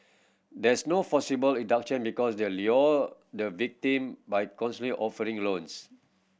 there's no forcible abduction because they are lure the victim by offering loans